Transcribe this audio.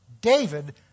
David